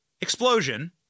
explosion